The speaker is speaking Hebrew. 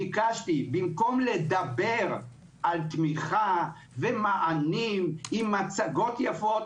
במקום לדבר על תמיכה ומענים עם מצגות יפות,